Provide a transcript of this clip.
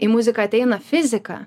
į muziką ateina fizika